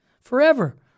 forever